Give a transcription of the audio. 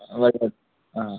ആ